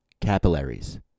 capillaries